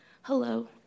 Hello